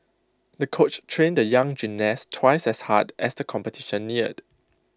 the coach trained the young gymnast twice as hard as the competition neared